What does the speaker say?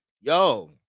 Yo